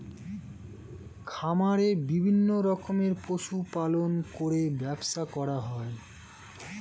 খামারে বিভিন্ন রকমের পশু পালন করে ব্যবসা করা হয়